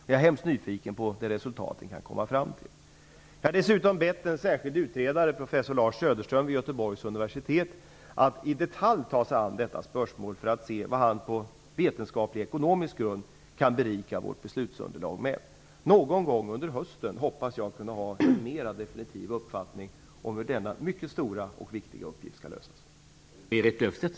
Jag är hemskt nyfiken på vilket resultat den kommer fram till. Jag har dessutom bett en särskild utredare, professor Lars Söderström vid Göteborgs universitet, att i detalj ta sig an detta spörsmål för att se vad han på vetenskaplig ekonomisk grund kan berika vårt beslutsunderlag med. Jag hoppas att jag kan ha en mer definitiv uppfattning om hur denna mycket stora och viktiga uppgift skall lösas någon gång under hösten.